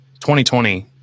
2020